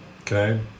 Okay